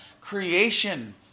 creation